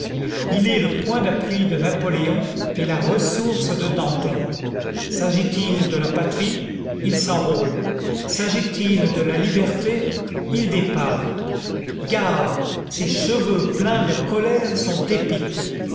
il est le point d'appui de napoléon et la ressource de danton s'agit-il de la patrie il s'enrôle s'agit-il de la liberté il dépave gare ses cheveux pleins de colère sont épiques